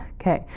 Okay